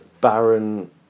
barren